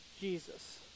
Jesus